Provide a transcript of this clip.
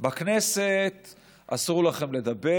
בכנסת אסור לכם לדבר.